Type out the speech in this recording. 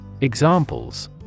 Examples